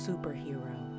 Superhero